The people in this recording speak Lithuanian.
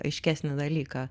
aiškesnį dalyką